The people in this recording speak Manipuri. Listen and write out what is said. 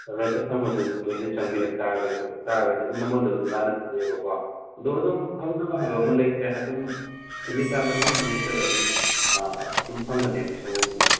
ꯑꯗ ꯀꯁꯇꯃꯔꯗꯨ ꯇꯣꯏꯅ ꯆꯪꯕꯤꯔꯛ ꯇꯥꯔꯒꯁꯨ ꯇꯥꯔꯒꯗꯤ ꯑꯗꯨꯝ ꯃꯃꯜꯗꯨ ꯑꯗꯨꯝ ꯇꯥꯅ ꯄꯤꯌꯦꯕꯀꯣ ꯑꯗꯣ ꯑꯗꯨꯝ ꯐꯪꯗꯕ ꯍꯥꯏꯕ ꯑꯃ ꯂꯩꯇ꯭ꯔꯦ ꯑꯗꯨꯝ ꯑꯦꯅꯤ ꯇꯥꯏꯝ ꯃꯇꯝ ꯑꯃ ꯍꯦꯛꯇꯗ ꯑꯗꯨꯝ ꯑꯗꯨꯝ ꯐꯪꯒꯅꯦꯕ ꯁꯪꯒꯣꯝꯗꯤ